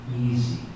easy